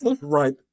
Right